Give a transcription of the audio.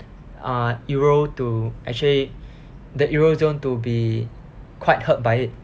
uh euro to actually the euro zone to be quite hurt by it